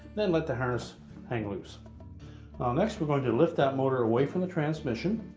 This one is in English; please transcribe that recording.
then let the harness hang loose next, we're going to lift that motor away from the transmission.